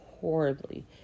horribly